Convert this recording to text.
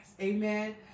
Amen